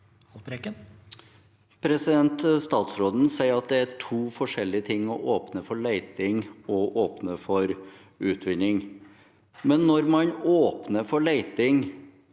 Haltbrekken (SV) Statsråden sier at det er to forskjellige ting å åpne for leting og å åpne for utvinning. Men når man åpner for leting